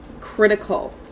critical